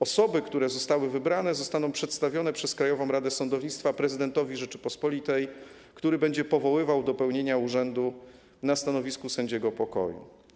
Osoby, które zostały wybrane, zostaną przedstawione przez Krajową Radę Sądownictwa prezydentowi Rzeczypospolitej, który będzie powoływał do pełnienia urzędu na stanowisku sędziego pokoju.